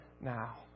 now